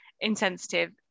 insensitive